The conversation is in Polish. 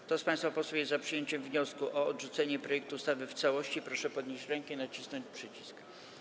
Kto z państwa posłów jest za przyjęciem wniosku o odrzucenie projektu ustawy w całości, proszę podnieść rękę i nacisnąć przycisk.